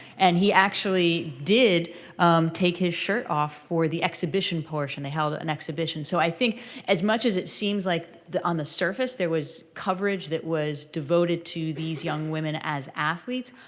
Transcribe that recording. and he actually did take his shirt off for the exhibition portion. they held an exhibition. so i think as much as it seems like on the surface there was coverage that was devoted to these young women as athletes,